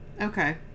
Okay